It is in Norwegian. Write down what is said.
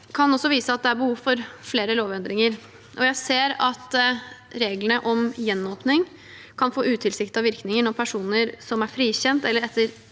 kan også vise at det er behov for flere lovendringer. Jeg ser at reglene om gjenåpning kan få utilsiktede virkninger når personer som er frikjent – eller etter